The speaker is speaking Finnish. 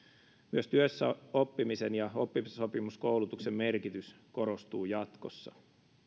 myös työssäoppimisen ja oppisopimuskoulutuksen merkitys korostuu jatkossa